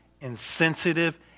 insensitive